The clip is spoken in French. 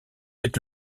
êtes